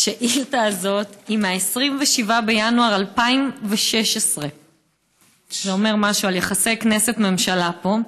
השאילתה הזאת היא מ-27 בינואר 2016. זה אומר משהו על יחסי כנסת ממשלה פה.